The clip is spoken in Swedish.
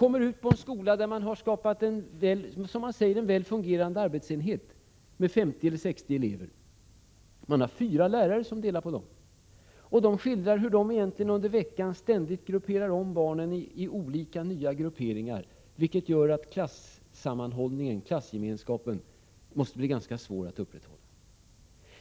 komma ut på en skola där man säger att man har skapat en väl fungerande arbetsenhet med 50 eller 60 elever. Där har man fyra lärare som delar på de eleverna. Jag får höra hur man där ständigt fördelar om barnen i olika grupperingar, vilket gör att klassgemenskapen måste bli ganska svår att upprätthålla.